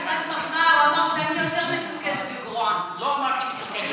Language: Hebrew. ההצעה להעביר את הנושא לוועדת החוקה,